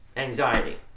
anxiety